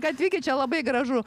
atvykit čia labai gražu